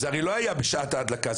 זה לא היה בשעת ההדלקה.